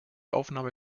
aufnahme